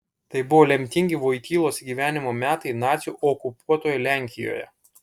tai buvo lemtingi vojtylos gyvenimo metai nacių okupuotoje lenkijoje